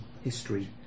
history